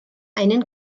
einen